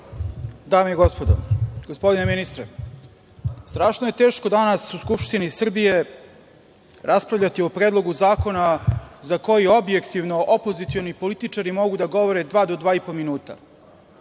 narodni poslanici, gospodine ministre, strašno je teško danas u Skupštini Srbije raspravljati o predlogu zakona za koji objektivno opozicioni političari mogu da govore dva do dva i po minuta.